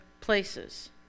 places